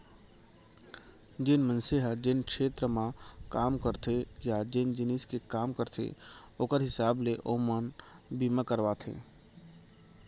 जेन मनसे ह जेन छेत्र म काम करथे या जेन जिनिस के काम करथे ओकर हिसाब ले ओमन बीमा करवाथें